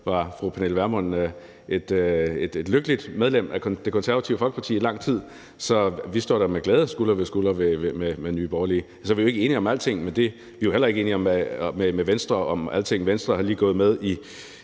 var fru Pernille Vermund et lykkeligt medlem af Det Konservative Folkeparti i lang tid, så vi står da med glæde skulder ved skulder med Nye Borgerlige. Vi er jo ikke enige om alting, men vi er jo heller ikke enige med Venstre om alting. Venstre er lige gået med i